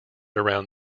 around